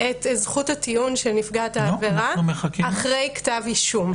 את זכות הטיעון של נפגעת העבירה אחרי כתב אישום.